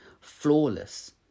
flawless